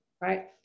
right